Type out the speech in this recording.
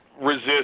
resist